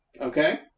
Okay